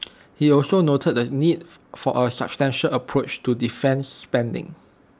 he also noted the need for A sustainable approach to defence spending